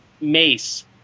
mace